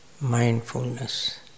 Mindfulness